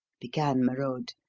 began merode,